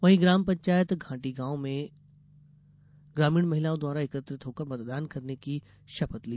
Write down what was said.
वहीं ग्राम पंचायत घाटीगाँव में ग्रामीण महिलाओं द्वारा एकत्रित होकर मतदान करने की शपथ ली